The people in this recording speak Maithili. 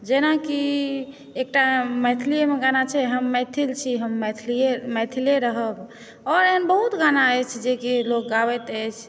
जेनाकि एकटा मैथिलीएमे गाना छै जे हम मैथिल छी हम मैथिले रहब और एहन बहुत गाना अछि जेकि लोक गाबैत अछि